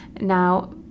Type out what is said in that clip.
Now